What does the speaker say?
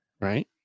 right